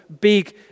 big